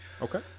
Okay